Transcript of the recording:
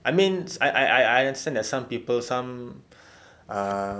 I mean I I I understand that some people some um